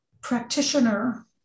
practitioner